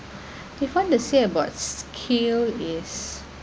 before the say about skill is